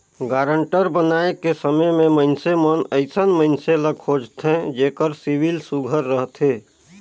guarantor बनाए के समे में मइनसे मन अइसन मइनसे ल खोझथें जेकर सिविल सुग्घर रहथे